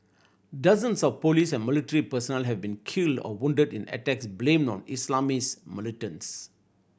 dozens of police and military personnel have been killed or wounded in attacks blamed on Islamist militants